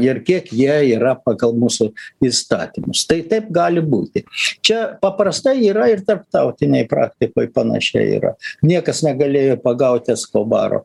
ir kiek jie yra pagal mūsų įstatymus tai taip gali būti čia paprastai yra ir tarptautinėj praktikoj panašiai yra niekas negalėjo pagauti eskobaro